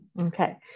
okay